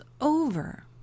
over